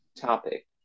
topic